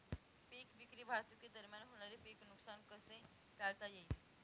पीक विक्री वाहतुकीदरम्यान होणारे पीक नुकसान कसे टाळता येईल?